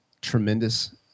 tremendous